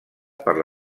per